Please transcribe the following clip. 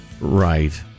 Right